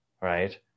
right